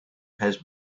has